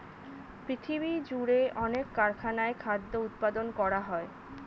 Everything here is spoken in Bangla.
পৃথিবীজুড়ে অনেক কারখানায় খাদ্য উৎপাদন করা হয়